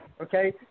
okay